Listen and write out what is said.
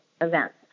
events